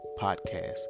podcast